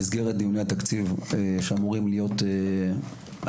במסגרת דיוני התקציב שאמורים להיות ב-23.